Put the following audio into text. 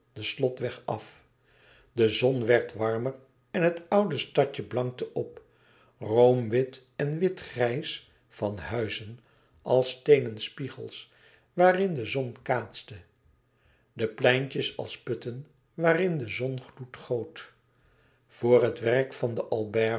den slotweg af de zon werd warmer en het oude stadje blankte op roomwit en witgrijs van huizen als steenen spiegels waarin de zon kaatste de pleintjes als putten waarin de zon gloed goot voor het werk van de